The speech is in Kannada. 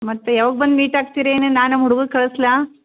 ಮತ್ತೆ ಯಾವಾಗ ಬಂದು ಮೀಟ್ ಆಗ್ತೀರಿ ನಾನು ಹುಡುಗ್ರು ಕಳಿಸ್ಲಾ